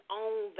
own